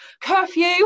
curfew